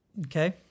Okay